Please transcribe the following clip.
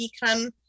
become